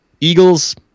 Eagles